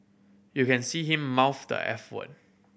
you can see him mouth the eff word